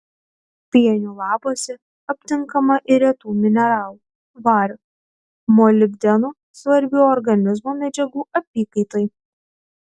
pienių lapuose aptinkama ir retų mineralų vario molibdeno svarbių organizmo medžiagų apykaitai